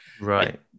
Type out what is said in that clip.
Right